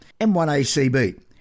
M1ACB